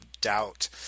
doubt